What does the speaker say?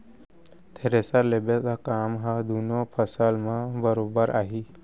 thresher लेबे त काम ह दुनों फसल म बरोबर आही